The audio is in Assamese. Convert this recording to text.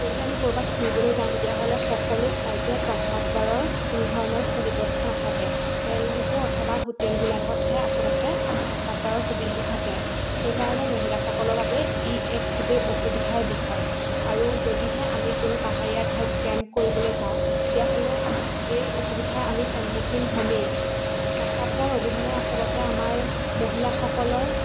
যদি আমি ক'ৰবাত ফুৰিবলৈ যাওঁ তেতিয়াহ'লে সকলো ঠাইতে প্ৰস্ৰাৱগাৰৰ কোনোধৰণৰ সু ব্যৱস্থা নাথাকে তেল ডিপু অথবা হোটেলবিলাকতহে আচলতে প্ৰস্ৰাৱগাৰৰ সুবিধাটো থাকে সেইকাৰণে মহিলাসকলৰ বাবে ই এক খুবেই অসুবিধাৰ বিষয় আৰু যদিহে আমি কোনো পাহাৰীয়া ঠাইত কেম্প কৰিবলৈ যাওঁ তেতিয়াহ'লে এই অসুবিধাৰ আমি সন্মুখীন হ'মেই প্ৰস্ৰাৱগাৰ অবিহনে আচলতে আমাৰ মহিলাসকলৰ